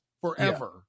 forever